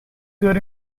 good